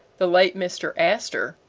the late mr. astor,